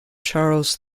charles